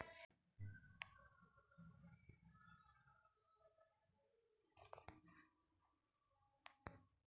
बैंकवा मे जा के पासबुकवा नम्बर मे लगवहिऐ सैनवा लेके निकाल दे है पैसवा?